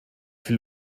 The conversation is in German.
viel